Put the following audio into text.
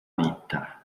vita